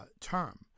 term